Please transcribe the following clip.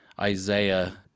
Isaiah